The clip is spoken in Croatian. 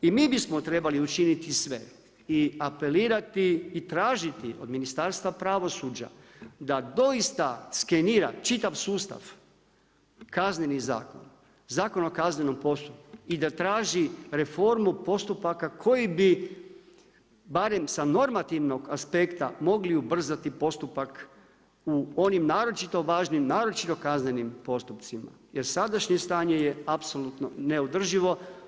I mi bismo trebali učiniti sve i apelirati i tražiti od Ministarstva pravosuđa da doista skenira čitav sustav, Kazneni zakon, Zakon o kaznenom postupku i da traži reformu postupaka koji bi barem sa normativnog aspekta mogli ubrzati postupak u onim naročito važnim, naročito kaznenim postupcima jer sadašnje stanje je apsolutno neodrživo.